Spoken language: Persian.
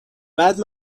بعد